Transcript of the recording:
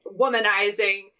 womanizing